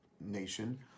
nation